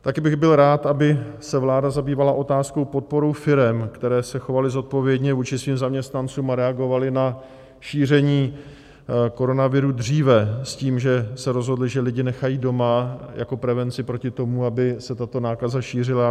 Také bych byl rád, aby se vláda zabývala otázkou podpory firem, které se chovaly zodpovědně vůči svým zaměstnancům a reagovaly na šíření koronaviru dříve s tím, že se rozhodly, že lidi nechají doma jako prevenci proti tomu, aby se tato nákaza šířila.